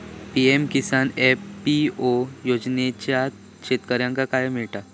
PM Kisan FPO योजनाच्यात शेतकऱ्यांका काय मिळता?